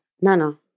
Nana